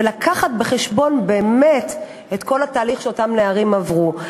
ולהביא בחשבון באמת את כל התהליך שאותם נערים עברו.